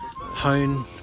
hone